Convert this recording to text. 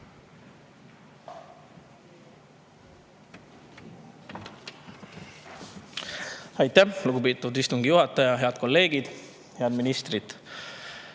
Aitäh, lugupeetud istungi juhataja! Head kolleegid! Head ministrid!